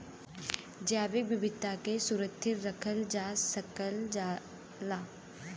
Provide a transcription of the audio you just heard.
जैविक विविधता के सुरक्षित रखल जा सकल जाला